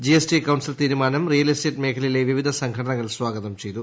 G S T council തീരുമാനം real estate മേഖലയിലെ വിവിധ സംഘടനകൾ സ്വാഗതം ചെയ്തു